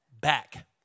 back